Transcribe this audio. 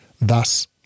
thus